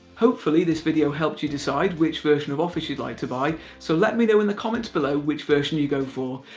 hopefully this video helped you decide which version of office you'd like to buy. so let me know in the comments below which version you go for.